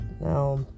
now